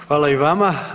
Hvala i vama.